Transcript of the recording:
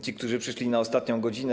Ci, którzy przyszli na ostatnią godzinę: